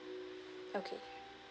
okay